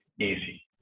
easy